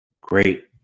Great